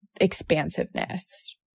expansiveness